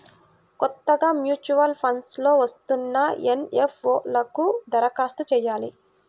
కొత్తగా mutual funds లో వస్తున్న ఎన్.ఎఫ్.ఓ లకు దరఖాస్తు చెయ్యాలి